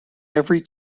every